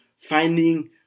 finding